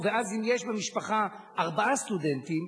ואז אם יש במשפחה ארבעה סטודנטים,